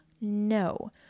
No